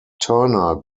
turner